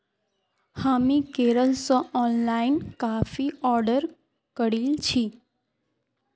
हामी केरल स ऑनलाइन काफी ऑर्डर करील छि